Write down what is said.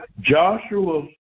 Joshua